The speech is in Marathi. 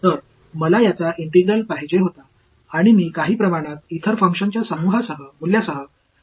तर मला याचा इंटिग्रल पाहिजे होता आणि मी काही प्रमाणात इतर फंक्शनच्या मूल्यासह बाकी आहे